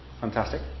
Fantastic